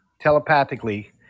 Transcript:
telepathically